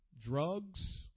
drugs